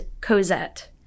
Cosette